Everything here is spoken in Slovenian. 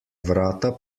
vrata